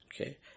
Okay